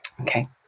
Okay